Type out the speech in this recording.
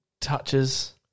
touches